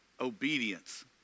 obedience